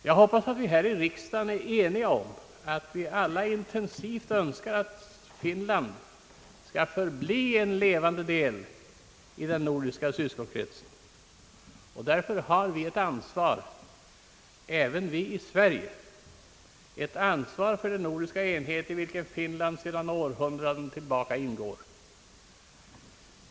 Jag hoppas vi här i riksdagen är eniga om och alla intensivt önskar att Finland som en le Därför har vi ett ansvar också i Sverige för den nordiska enhet, i vilken Finland sedan århundraden ingår.